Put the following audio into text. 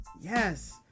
Yes